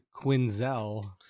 Quinzel